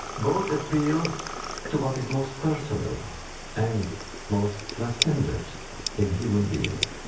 both appeal to what is most personal and most transcendent in a human being.